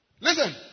Listen